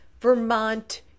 Vermont